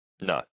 No